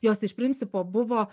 jos iš principo buvo